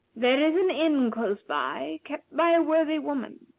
there is an inn close by, kept by a worthy woman.